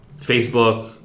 Facebook